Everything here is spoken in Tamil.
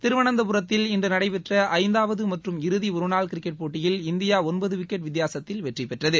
திருவனந்தபுரத்தில் இன்று நடைபெற்ற ஐந்தாவது மற்றும் இறுதி ஒருநாள் கிரிக்கெட் போட்டியில் இந்தியா ஒன்பது விக்கெட் வித்தியாசத்தில் வெற்றிபெற்றது